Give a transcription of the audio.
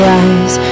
eyes